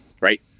right